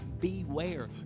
beware